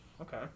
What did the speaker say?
okay